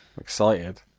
excited